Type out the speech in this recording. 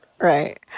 Right